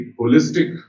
holistic